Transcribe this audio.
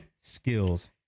Skills